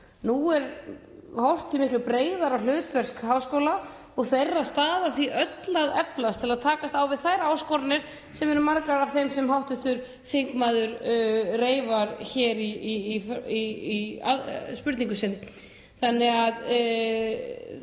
Nú er horft til miklu breiðara hlutverks háskóla og þeirra staða því öll að eflast til að takast á við áskoranir sem eru margar af þeim sem hv. þingmaður reifar hér í spurningu sinni.